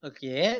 Okay